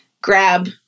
grab